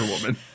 Woman